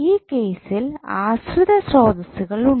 ഈ കേസിൽ ആശ്രിത സ്രോതസ്സുകൾ ഉണ്ട്